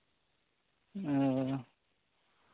ᱚ